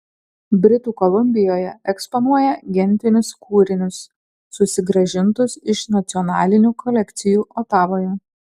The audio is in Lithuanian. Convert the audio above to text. britų kolumbijoje eksponuoja gentinius kūrinius susigrąžintus iš nacionalinių kolekcijų otavoje